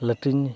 latrine